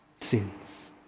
sins